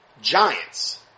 giants